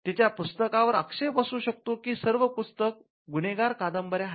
तिच्या पुस्तकांवर आक्षेप असू शकतो की सर्व पुस्तकं गुन्हेगार कादंबऱ्या आहेत